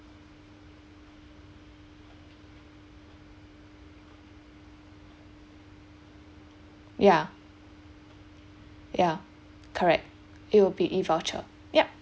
ya ya correct it will be E voucher yup